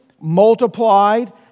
multiplied